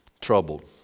troubled